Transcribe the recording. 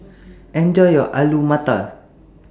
Enjoy your Alu Matar